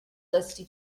dusty